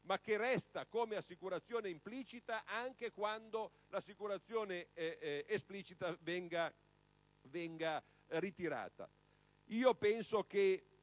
ma che resta come assicurazione implicita anche quando quella esplicita venga ritirata.